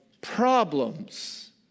problems